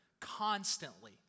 constantly